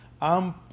I'm-